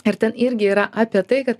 ir ten irgi yra apie tai kad